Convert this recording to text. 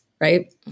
right